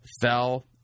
fell